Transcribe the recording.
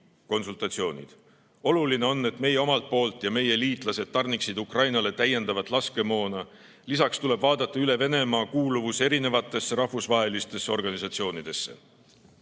artikli 4 üle. Oluline on, et meie omalt poolt ja meie liitlased tarniksid Ukrainale täiendavat laskemoona. Lisaks tuleb vaadata üle Venemaa kuuluvus erinevatesse rahvusvahelistesse organisatsioonidesse.